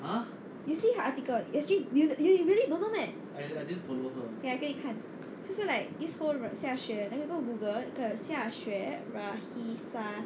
you see her article actually you you really don't know meh ya 给你看 just like this whole xiaxue then you go google because xiaxue